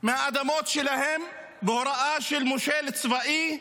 מהאדמות שלהם, בהוראה של מושל צבאי,